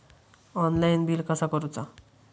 Online bill कसा करुचा?